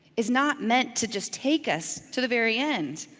is not meant to just take us to the very end.